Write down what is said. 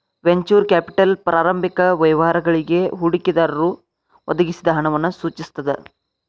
venture capital ಪ್ರಾರಂಭಿಕ ವ್ಯವಹಾರಗಳಿಗಿ ಹೂಡಿಕೆದಾರರು ಒದಗಿಸಿದ ಹಣವನ್ನ ಸೂಚಿಸ್ತದ